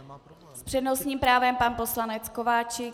S přednostním právem pan poslanec Kováčik.